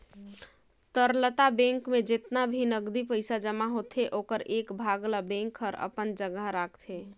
तरलता बेंक में जेतना भी नगदी पइसा जमा होथे ओखर एक भाग ल बेंक हर अपन जघा राखतें